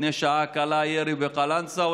ולפני שעה קלה ירי בקלנסווה.